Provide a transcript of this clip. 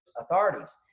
authorities